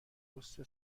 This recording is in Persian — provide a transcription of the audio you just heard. پست